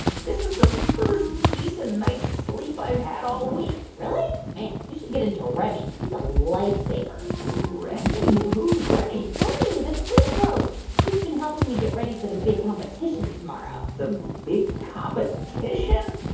this is the first decent night's sleep i've had all week really? man, you should get into remi. he's a lifesaver remi? who's remi? remi, the sleep coach. he's been helping me get ready for the big competition tomorrow the big competition?